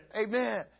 Amen